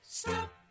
stop